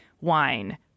wine